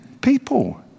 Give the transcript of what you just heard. people